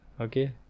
Okay